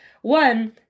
One